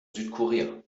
südkorea